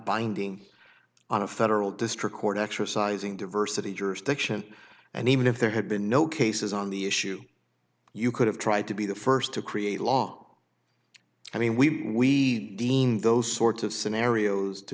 binding on a federal district court exercising diversity jurisdiction and even if there had been no cases on the issue you could have tried to be the first to create a law i mean we deem those sorts of scenarios to